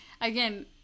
again